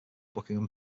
buckingham